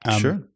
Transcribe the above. Sure